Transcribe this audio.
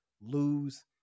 lose